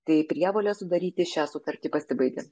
tai prievolė sudaryti šią sutartį pasibaigia